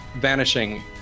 vanishing